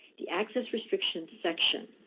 the access restriction section,